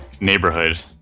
neighborhood